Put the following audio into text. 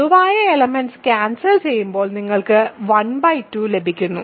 പൊതുവായ എലെമെന്റ്സ്കൾ ക്യാൻസൽ ചെയ്യുമ്പോൾ നിങ്ങൾക്ക് ½ ലഭിക്കുന്നു